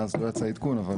לא יצא עדכון מאז,